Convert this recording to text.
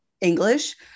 English